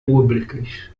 públicas